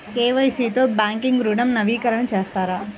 KYC తో bank ఋణం నవీకరణ చేస్తారా?